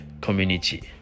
community